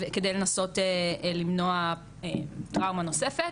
כדי לנסות למנוע טראומה נוספת.